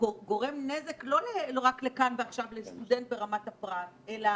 גורם נזק לא רק כאן ועכשיו לסטודנט ברמת הפרט, אלא